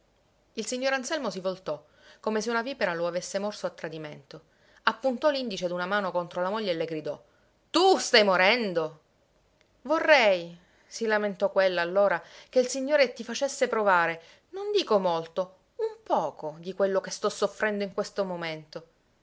il signor anselmo si voltò come se una vipera lo avesse morso a tradimento appuntò l'indice d'una mano contro la moglie e le gridò tu stai morendo vorrei si lamentò quella allora che il signore ti facesse provare non dico molto un poco di quello che sto soffrendo in questo momento